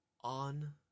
on